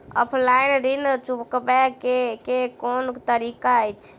Offline ऋण चुकाबै केँ केँ कुन तरीका अछि?